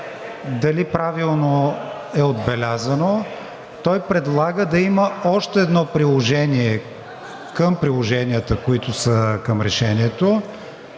дали правилно е отбелязано. Той предлага да има още едно приложение към приложенията, които са към решението,